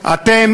אתם